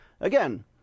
Again